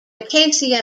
acacia